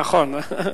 נכון.